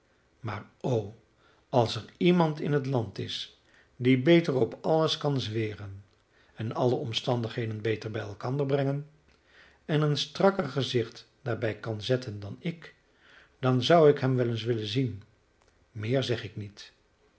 maar o als er iemand in het land is die beter op alles kan zweren en alle omstandigheden beter bij elkander brengen en een strakker gezicht daarbij kan zetten dan ik dan zou ik hem wel eens willen zien meer zeg ik niet